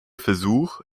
versuch